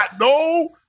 no